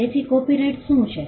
તેથી કોપિરાઇટ શું છે